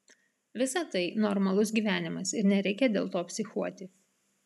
visa tai normalus gyvenimas ir nereikia dėl to psichuoti